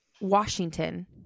Washington